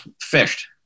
fished